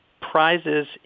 prizes